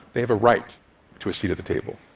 they have a right to a seat at the table.